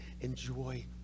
enjoy